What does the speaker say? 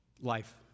life